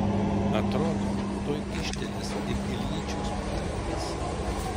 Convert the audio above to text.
atrodo tuoj kyštelės ir iljičiaus portretas